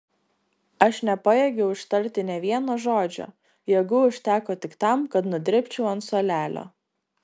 aš nepajėgiau ištarti nė vieno žodžio jėgų užteko tik tam kad nudribčiau ant suolelio